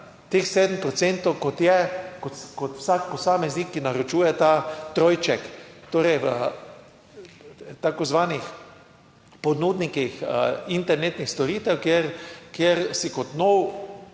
teh 7 procentov, kot je, kot vsak posameznik, ki naročuje ta trojček, torej v tako zvanih ponudnikih internetnih storitev, kjer si kot nov,